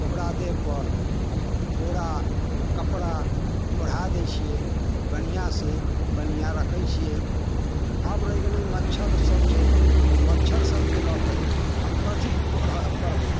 ओकरा देहपर बोड़ा कपड़ा ओढ़ा दै छियै बढ़िआँसँ बढ़िआँ रखै छियै आब रहि गेलै मच्छर सभसँ तऽ मच्छर सभके लऽ कऽ हम कथी ओढ़ करबै